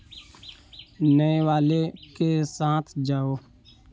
नए वाले के साथ जाओ